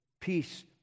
Peace